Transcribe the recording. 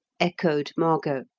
echoed margot.